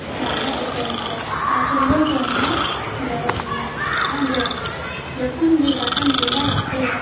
ᱫᱟᱠᱟ ᱩᱛᱩᱭ ᱜᱮᱭᱟ ᱟᱨ ᱪᱩᱞᱦᱟᱹ ᱴᱷᱮᱱ ᱦᱚᱸ ᱡᱚᱨᱚᱜ ᱜᱮᱭᱟ ᱟᱫᱚ ᱡᱚᱠᱷᱚᱱ ᱜᱮ ᱫᱟᱠᱟᱢ ᱪᱚᱸᱫᱟᱭᱟ ᱥᱮ